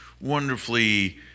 wonderfully